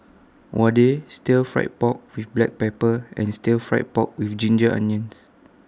Vadai Stir Fry Pork with Black Pepper and Stir Fried Pork with Ginger Onions